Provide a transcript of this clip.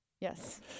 Yes